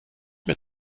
mehr